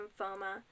lymphoma